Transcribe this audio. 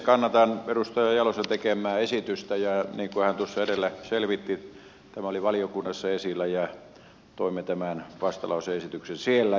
kannatan edustaja jalosen tekemää esitystä ja niin kuin hän edellä selvitti tämä oli valiokunnassa esillä ja toimme tämän vastalause esityksen siellä